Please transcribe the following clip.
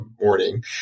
morning